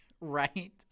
Right